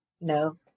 No